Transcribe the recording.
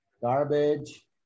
garbage